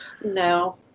No